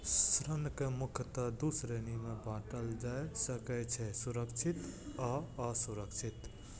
ऋण कें मुख्यतः दू श्रेणी मे बांटल जा सकै छै, सुरक्षित आ असुरक्षित